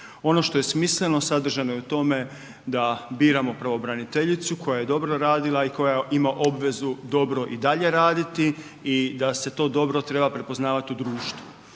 Ono što je smisleno sadržan je u tome da biramo pravobraniteljicu koje je dobro radila i koja ima obvezu dobro i dalje raditi i da se to dobro treba prepoznavati u društvu.